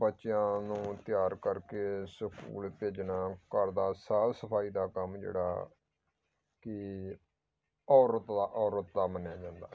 ਬੱਚਿਆਂ ਨੂੰ ਤਿਆਰ ਕਰਕੇ ਸਕੂਲ ਭੇਜਣਾ ਘਰ ਦਾ ਸਾਫ ਸਫਾਈ ਦਾ ਕੰਮ ਜਿਹੜਾ ਕਿ ਔਰਤ ਦਾ ਔਰਤ ਦਾ ਮੰਨਿਆ ਜਾਂਦਾ